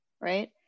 right